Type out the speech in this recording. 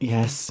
Yes